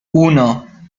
uno